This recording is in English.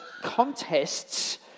contests